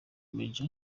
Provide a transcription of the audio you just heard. maj